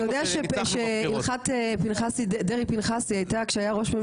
אתה יודע שהלכת דרעי פנחסי הייתה שהיה ראש ממשלה.